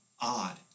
odd